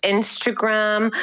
Instagram